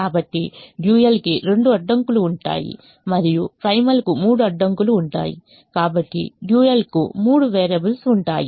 కాబట్టి డ్యూయల్కి రెండు అడ్డంకులు ఉంటాయి మరియు ప్రైమల్కు మూడు అడ్డంకులు ఉంటాయి కాబట్టి డ్యూయల్కి మూడు వేరియబుల్స్ ఉంటాయి